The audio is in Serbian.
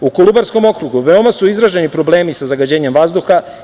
U Kolubarskom okrugu veoma su izraženi problemi sa zagađenjem vazduha.